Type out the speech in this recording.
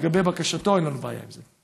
לגבי בקשתו, אין לנו בעיה עם זה.